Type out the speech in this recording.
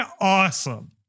awesome